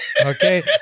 okay